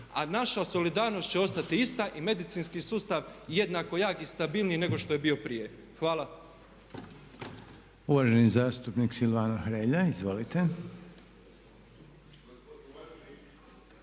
A naša solidarnost će ostati ista i medicinski sustav jednako jak i stabilniji nego što je bio prije. Hvala.